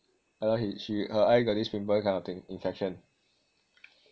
yah lor he she her eye got this pimple kind of thing infection